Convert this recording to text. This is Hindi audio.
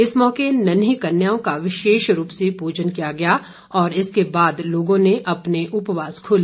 इस मौके नन्हीं कन्याओं का विशेष रूप से पूजन किया गया और इस के बाद लोगों ने अपने उपवास खोले